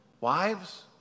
wives